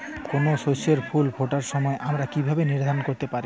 কোনো শস্যের ফুল ফোটার সময় আমরা কীভাবে নির্ধারন করতে পারি?